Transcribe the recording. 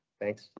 thanks